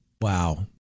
Wow